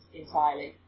entirely